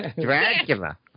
Dracula